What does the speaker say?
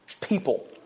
people